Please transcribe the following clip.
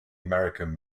american